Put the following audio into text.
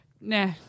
nah